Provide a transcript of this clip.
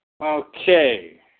Okay